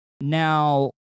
now